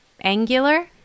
angular